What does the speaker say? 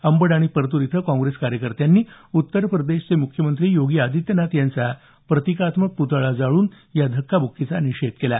अंबड आणि परतूर इथं काँग्रेस कार्यकर्त्यांनी उत्तर प्रदेशचे मुख्यमंत्री योगी आदित्यनाथ यांचा प्रतिकात्मक प्तळा जाळून या धक्काबुक्कीचा निषेध केला